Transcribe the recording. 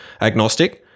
agnostic